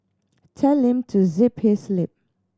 tell him to zip his lip